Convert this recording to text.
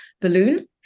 balloon